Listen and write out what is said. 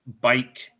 bike